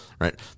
right